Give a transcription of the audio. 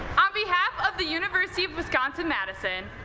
on behalf of the university of wisconsin-madison,